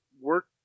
work